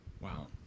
Wow